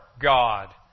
God